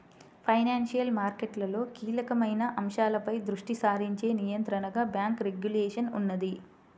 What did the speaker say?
financial మార్కెట్లలో కీలకమైన అంశాలపై దృష్టి సారించే నియంత్రణగా బ్యేంకు రెగ్యులేషన్ ఉన్నది